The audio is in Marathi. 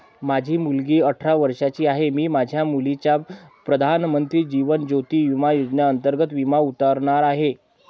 माझी मुलगी अठरा वर्षांची आहे, मी माझ्या मुलीचा प्रधानमंत्री जीवन ज्योती विमा योजनेअंतर्गत विमा उतरवणार आहे